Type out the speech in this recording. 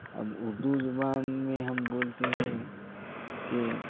اب اردو زبان میں ہم بولتے ہیں کہ